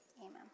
Amen